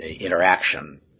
interaction